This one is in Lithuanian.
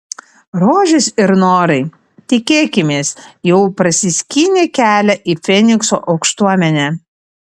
rožės ir norai tikėkimės jau prasiskynė kelią į fenikso aukštuomenę